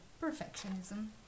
perfectionism